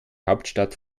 hauptstadt